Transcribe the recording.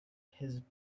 his